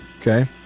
Okay